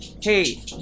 hey